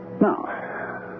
Now